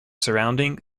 surrounding